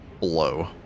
blow